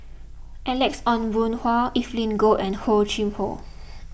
Alex Ong Boon Hau Evelyn Goh and Hor Chim or